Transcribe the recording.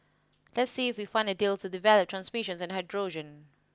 let's see we find a deal to develop transmissions and hydrogen